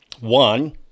One